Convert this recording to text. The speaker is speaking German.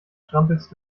strampelst